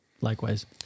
Likewise